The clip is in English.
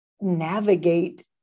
navigate